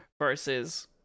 versus